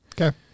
okay